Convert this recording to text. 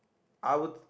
I would